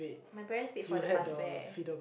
my parents paid for the bus fare